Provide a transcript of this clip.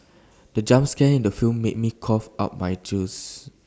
the jump scare in the film made me cough out my juice